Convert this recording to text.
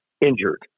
injured